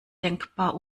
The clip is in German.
denkbar